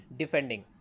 defending